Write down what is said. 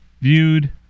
viewed